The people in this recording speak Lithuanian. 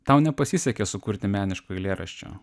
tau nepasisekė sukurti meniško eilėraščio